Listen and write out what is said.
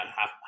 half